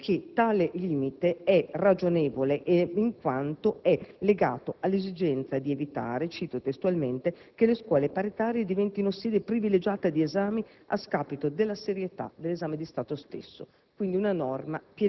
precisando che tale limite è ragionevole in quanto è legato all'esigenza di evitare - cito testualmente - "che le scuole paritarie diventino sedi privilegiate di esami, a scapito della serietà dell'esame di Stato stesso",